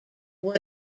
what